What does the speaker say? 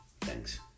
Thanks